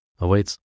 awaits